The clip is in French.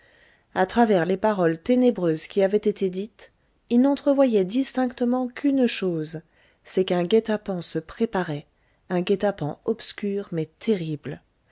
à travers les paroles ténébreuses qui avaient été dites il n'entrevoyait distinctement qu'une chose c'est qu'un guet-apens se préparait un guet-apens obscur mais terrible